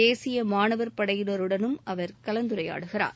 தேசிய மாணவர் படையினர் உடனும் அவர் கலந்துரையாடுகிறார்